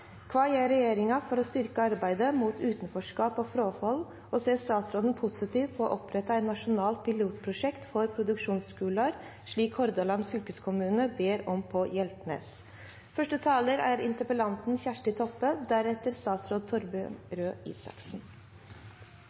Kva gjer regjeringa for å styrkja arbeidet mot utanforskap og fråfall? Kva slags mål eller intensjon har regjeringa for bruk av produksjonsskular i Noreg? Og ser statsråden positivt på å oppretta eit nasjonalt pilotprosjekt for produksjonsskular, slik som Hordaland fylkeskommune har bedd om på Hjeltnes? Det er